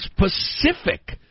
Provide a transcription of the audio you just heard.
specific